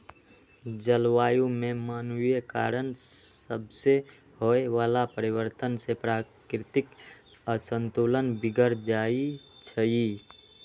जलवायु में मानवीय कारण सभसे होए वला परिवर्तन से प्राकृतिक असंतुलन बिगर जाइ छइ